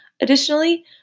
Additionally